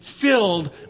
filled